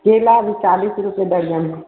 केला भी चालीस रुपये दर्जन है